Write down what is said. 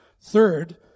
Third